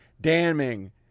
Damning